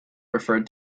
referred